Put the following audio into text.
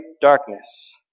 darkness